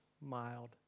mild